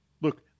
look